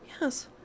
yes